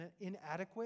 inadequate